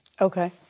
Okay